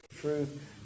truth